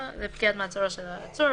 לפקיעת מעצרו של העצור,